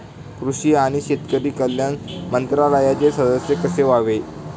कृषी आणि शेतकरी कल्याण मंत्रालयाचे सदस्य कसे व्हावे?